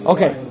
Okay